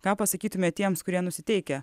ką pasakytumėt tiems kurie nusiteikę